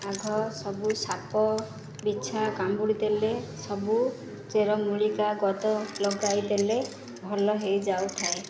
ଆଗ ସବୁ ସାପ ବିଛା କାମୁଡ଼ି ଦେଲେ ସବୁ ଚେର ମୂଳିକା ଗଦ ଲଗାଇଦେଲେ ଭଲ ହୋଇଯାଉଥାଏ